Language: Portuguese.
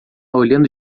olhando